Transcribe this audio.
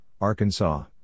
Arkansas